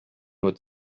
nur